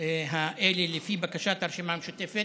האלה לפי בקשת הרשימה המשותפת.